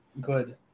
good